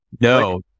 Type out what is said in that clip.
No